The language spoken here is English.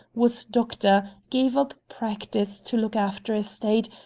was doctor, gave up practice to look after estate,